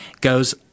goes